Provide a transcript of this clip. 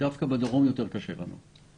דווקא בדרום יותר קשה לנו.